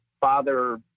father